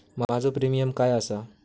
माझो प्रीमियम काय आसा?